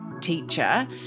teacher